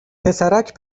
پسرک